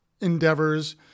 endeavors